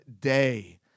day